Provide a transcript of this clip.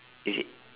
is it